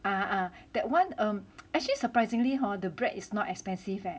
ah ah ah that one err actually surprisingly hor the bread is not expensive leh